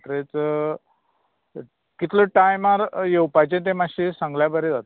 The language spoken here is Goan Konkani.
म्हटगीच कितलो टायमार येवपाचें तें मातशें सांगल्यार बरें जातलें